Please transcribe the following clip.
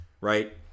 right